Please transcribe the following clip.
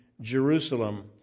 Jerusalem